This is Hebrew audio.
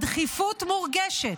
הדחיפות מורגשת.